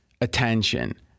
attention